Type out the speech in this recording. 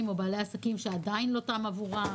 או בעלי עסקים שעדיין לא תם עבורם.